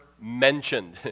mentioned